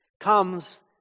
comes